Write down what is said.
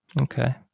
Okay